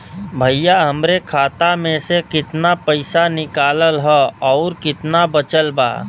भईया हमरे खाता मे से कितना पइसा निकालल ह अउर कितना बचल बा?